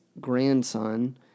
grandson